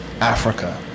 Africa